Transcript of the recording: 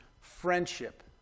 friendship